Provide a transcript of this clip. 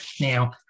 Now